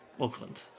Auckland